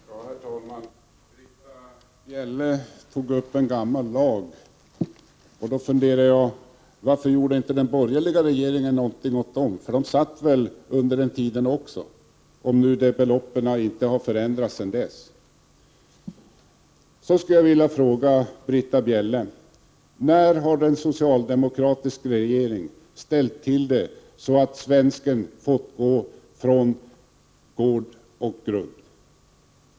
Herr talman! Britta Bjelle tog upp en gammal lag. Jag undrar då varför den borgerliga regeringen inte gjorde någonting åt den, om nu beloppen inte har förändras sedan dess. De satt väl i regeringsställning under den tiden? Jag skulle vidare vilja fråga Britta Bjelle när en socialdemokratisk regering har ställt till det så att svenskar har fått gå från gård och grund?